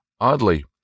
Oddly